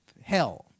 hell